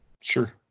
Sure